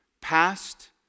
past